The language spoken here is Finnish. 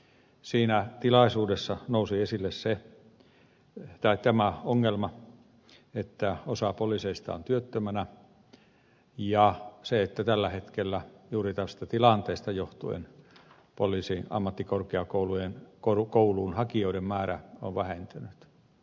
siinä tilaisuudessa nousi esille tämä ongelma että osa poliiseista on työttömänä ja se että tällä hetkellä juuri tästä tilanteesta johtuen poliisiammattikorkeakouluun hakijoiden määrä on vähentynyt